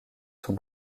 son